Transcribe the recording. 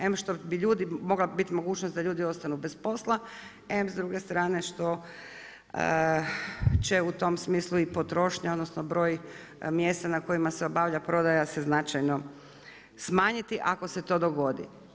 Em što bi mogla biti mogućnost da ljudi ostanu bez posla, em s druge strane što će u tom smislu i potrošnja odnosno broj mjesta na kojima se obavlja prodaja se značajno smanjiti ako se to dogodi.